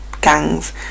gangs